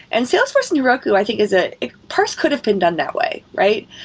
and salesforce and heroku, i think is ah a parse could have been done that way, right?